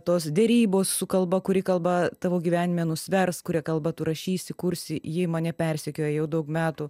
tos derybos su kalba kuri kalba tavo gyvenime nusvers kuria kalba tu rašysi kursi ji mane persekioja jau daug metų